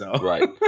Right